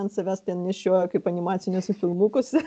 ant savęs ten nešioja kaip animaciniuose filmukuose